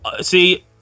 see